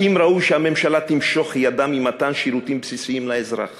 האם ראוי שהממשלה תמשוך ידה ממתן שירותים בסיסיים לאזרח